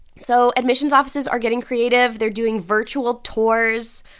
so admissions offices are getting creative. they're doing virtual tours.